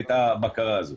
את הבקרה הזו.